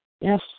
Yes